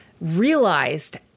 realized